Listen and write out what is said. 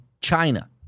China